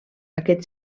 aquest